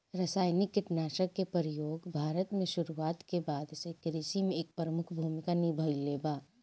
रासायनिक कीटनाशक के प्रयोग भारत में शुरुआत के बाद से कृषि में एक प्रमुख भूमिका निभाइले बा